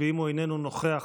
ואם הוא איננו נוכח,